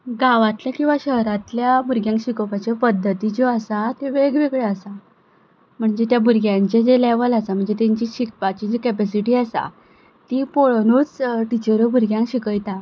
गांवांतल्या किंवा शहरांतल्या भुरग्यांक शिकोवपाच्यो पद्दती ज्यो आसात त्यो वेगवेगळ्यो आसा म्हणजे त्या भुरग्यांचें जें लेवल आसा म्हणजे तांची शिकपाची जी कॅपेसिटी आसा ती पळोनूच टिचऱ्यो भुरग्यांक शिकयता